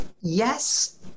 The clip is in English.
Yes